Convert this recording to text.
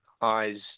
eyes